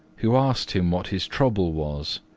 who asked him what his trouble was.